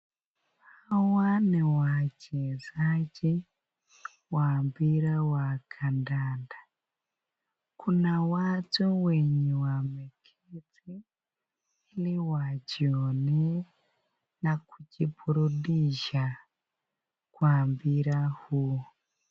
Hawa ni wachezaji wa mpira wa kandanda, kuna watu wenye wameketi ili wajionee na kujiburudisha kwa mpira huu.